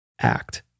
Act